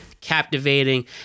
captivating